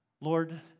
Lord